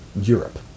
Europe